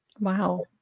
Wow